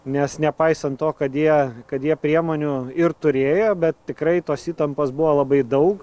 nes nepaisant to kad jie kad jie priemonių ir turėjo bet tikrai tos įtampos buvo labai daug